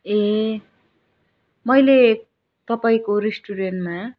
ए मैले तपाईँको रेस्टुरेन्टमा